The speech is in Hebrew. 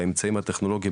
באמצעים הטכנולוגים,